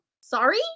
sorry